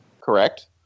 Correct